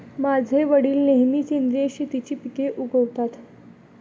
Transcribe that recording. माझे वडील नेहमी सेंद्रिय शेतीची पिके उगवतात